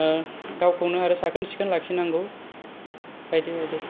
गावखौनो आरो साखोन सिखोन लाखिनांगौ बायदि बायदि